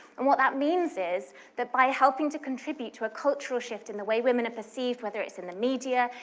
and what that means is that by helping to contribute to a cultural shift in the way women are perceived whether it's in the media,